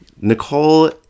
Nicole